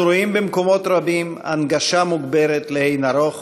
אנחנו רואים במקומות רבים הנגשה מוגברת לאין ערוך.